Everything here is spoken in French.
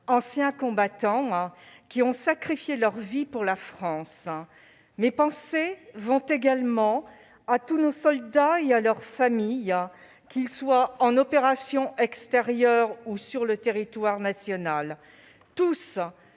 anciens combattants, qui ont sacrifié leur vie pour la France. Mes pensées vont également à tous nos soldats et à leurs familles, qu'ils soient en opérations extérieures ou sur le territoire national. Tous